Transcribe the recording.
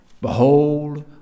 behold